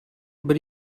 über